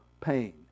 pain